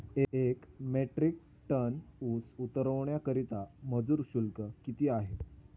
एक metric ton ऊस उतरवण्याकरता मजूर शुल्क किती आहे?